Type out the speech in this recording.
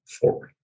forward